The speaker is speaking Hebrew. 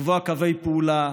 לקבוע קווי פעולה,